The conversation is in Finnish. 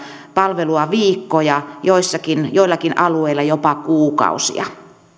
palvelua viikkoja joillakin alueilla jopa kuukausia